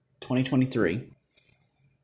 2023